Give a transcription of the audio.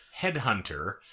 headhunter